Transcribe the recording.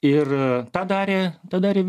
ir tą darė tą darė